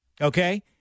Okay